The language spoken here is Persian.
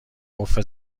قفل